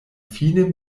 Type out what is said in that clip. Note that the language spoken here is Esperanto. fine